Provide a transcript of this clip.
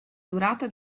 durata